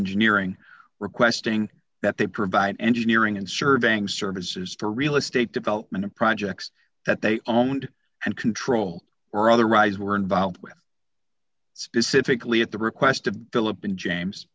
engineering requesting that they provide engineering and surveying services for real estate development projects that they owned and control or otherwise were involved with specifically at the request of philip and james